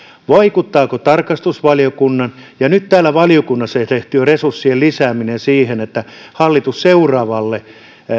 vaikuttaako tarkastusvaliokunnan ja nyt täällä valiokunnassa tehtyjen resurssien lisääminen siihen että hallitus seuraavalle